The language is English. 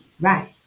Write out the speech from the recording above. right